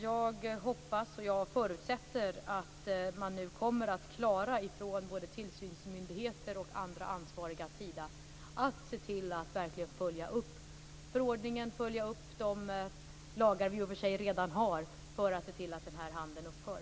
Jag hoppas och förutsätter att man både från tillsynsmyndigheter och från andra ansvarigas sida kommer att klara att se till att förordningen och de lagar som vi i och för sig redan har följs upp, så att den här handeln upphör.